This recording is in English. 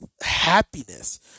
happiness